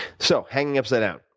so hanging upside down,